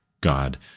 God